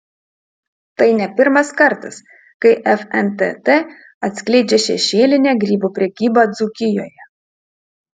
tai ne pirmas kartas kai fntt atskleidžia šešėlinę grybų prekybą dzūkijoje